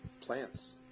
plants